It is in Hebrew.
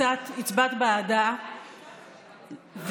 הצבעת בעדה,